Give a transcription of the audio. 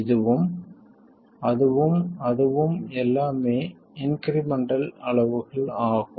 இதுவும் அதுவும் அதுவும் எல்லாமே இன்க்ரிமெண்டல் அளவுகள் ஆகும்